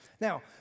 Now